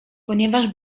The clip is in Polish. ponieważ